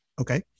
Okay